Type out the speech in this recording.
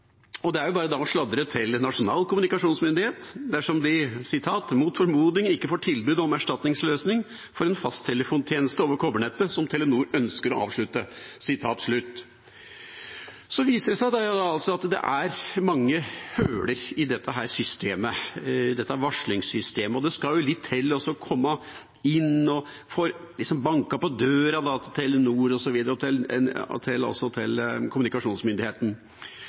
Det er jo bare å sladre til Nasjonal kommunikasjonsmyndighet dersom de «mot formodning ikke får tilbud om erstatningsløsning for en fasttelefonitjeneste over kobbernettet som Telenor ønsker å avslutte». Så viser det seg altså at det er mange hull i dette varslingssystemet. Det skal litt til å banke på døra til Telenor og til kommunikasjonsmyndigheten. I området Hiksdal til